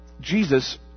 Jesus